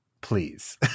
please